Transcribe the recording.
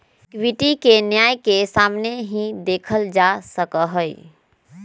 equity के न्याय के सामने ही देखल जा सका हई